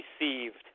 received